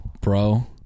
bro